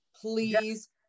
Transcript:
Please